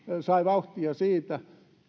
sai vauhtia siitä